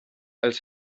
als